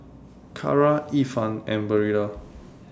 Kara Ifan and Barilla